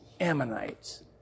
Ammonites